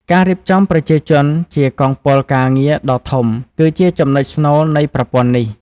ការរៀបចំប្រជាជនជាកងពលការងារដ៏ធំគឺជាចំណុចស្នូលនៃប្រព័ន្ធនេះ។